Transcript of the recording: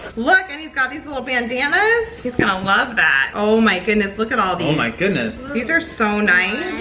look, and he's got these little bandanas. he's going to love that. oh my goodness, look at all these. oh my goodness. these are so nice.